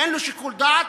אין לו שיקול דעת?